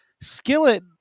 Skillet